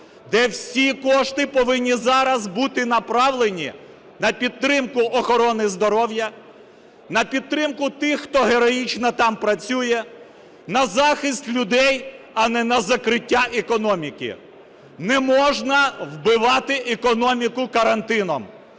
де всі кошти повинні зараз бути направлені на підтримку охорони здоров'я, на підтримку тих, хто героїчно там працює, на захист людей, а не на закриття економіки. Не можна вбивати економіку карантином,